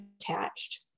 attached